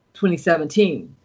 2017